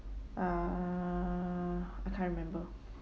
uh I can't remember